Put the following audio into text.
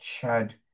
Chad